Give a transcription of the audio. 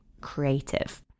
creative